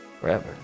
forever